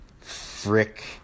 frick